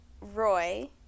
Roy